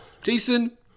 Jason